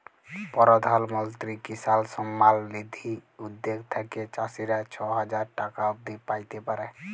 পরধাল মলত্রি কিসাল সম্মাল লিধি উদ্যগ থ্যাইকে চাষীরা ছ হাজার টাকা অব্দি প্যাইতে পারে